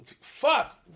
fuck